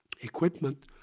equipment